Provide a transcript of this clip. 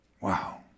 wow